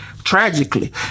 Tragically